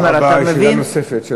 עמר, אתה מבין, תודה רבה.